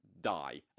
die